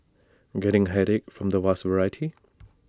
getting A headache from the vast variety